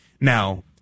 Now